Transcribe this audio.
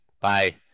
Bye